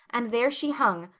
and there she hung,